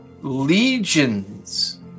legions